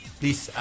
please